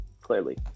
clearly